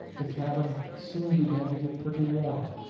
the cabin soon began to get pretty warm,